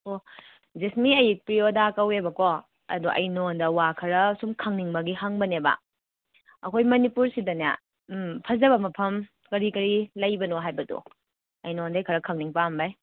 ꯑꯣ ꯖꯦꯁꯃꯤ ꯑꯩ ꯄ꯭ꯔꯤꯌꯣꯗ ꯀꯧꯏꯕꯀꯣ ꯑꯗꯣ ꯑꯩ ꯅꯉꯣꯟꯗ ꯋꯥ ꯈꯔ ꯑꯁꯨꯝ ꯈꯪꯅꯤꯡꯕꯒꯤ ꯍꯪꯕꯅꯦꯕ ꯑꯩꯈꯣꯏ ꯃꯅꯤꯄꯨꯔꯁꯤꯗꯅꯦ ꯐꯖꯕ ꯃꯐꯝ ꯀꯔꯤ ꯀꯔꯤ ꯂꯩꯕꯅꯣ ꯍꯥꯏꯕꯗꯣ ꯑꯩ ꯅꯉꯣꯟꯗꯒꯤ ꯈꯔ ꯈꯪꯅꯤꯡꯕ ꯄꯥꯝꯕꯩ